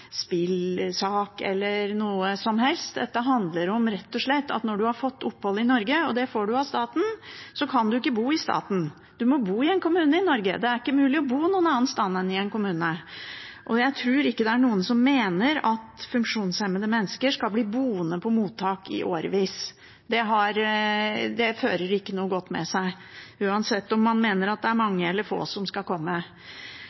spillsak eller noe som helst slikt; dette handler rett og slett om at når man har fått opphold i Norge, og det får man av staten, kan man ikke bo i staten, man må bo i en kommune i Norge. Det er ikke mulig å bo noe annet sted enn i en kommune. Jeg tror ikke det er noen som mener at funksjonshemmede mennesker skal bli boende på mottak i årevis. Det fører ikke noe godt med seg, uansett om man mener at det er